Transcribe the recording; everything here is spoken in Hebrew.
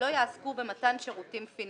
לא יעסקו במתן שירותים פיננסיים.